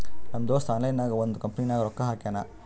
ನಮ್ ದೋಸ್ತ ಆನ್ಲೈನ್ ನಾಗೆ ಒಂದ್ ಕಂಪನಿನಾಗ್ ರೊಕ್ಕಾ ಹಾಕ್ಯಾನ್